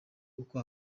uko